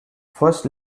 first